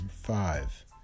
five